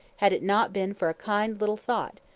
had it not been for a kind little thought,